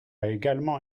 également